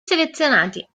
selezionati